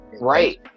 right